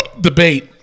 debate